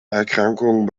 erkrankung